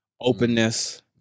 openness